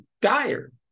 dire